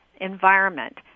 environment